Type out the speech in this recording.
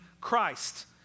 Christ